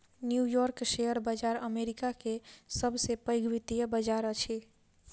new York share बाजार America के सब से पैघ वित्तीय बाजार अछि